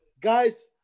Guys